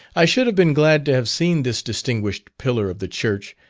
i should have been glad to have seen this distinguished pillar of the church,